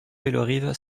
bellerive